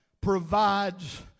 provides